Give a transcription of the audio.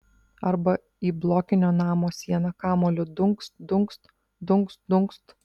arba į blokinio namo sieną kamuoliu dunkst dunkst dunkst dunkst